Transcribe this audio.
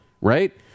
Right